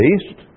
East